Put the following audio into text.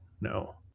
no